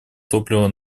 топлива